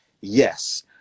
Yes